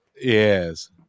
Yes